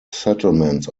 settlements